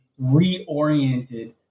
reoriented